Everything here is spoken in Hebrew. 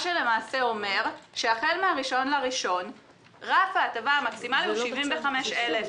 זה למעשה אומר שהחל ב-1 בינואר 2020 רף ההטבה המקסימלי הוא 75,000 שקל.